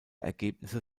ergebnisse